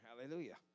Hallelujah